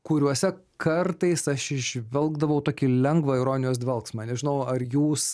kuriuose kartais aš įžvelgdavau tokį lengvą ironijos dvelksmą nežinau ar jūs